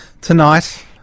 Tonight